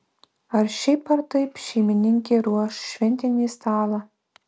ar šiaip ar taip šeimininkė ruoš šventinį stalą